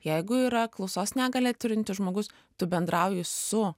jeigu yra klausos negalią turintis žmogus tu bendrauji su